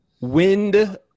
Wind